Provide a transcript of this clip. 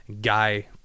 guy